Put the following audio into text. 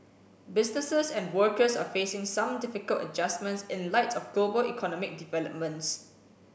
businesses and workers are facing some difficult adjustments in light of global economic developments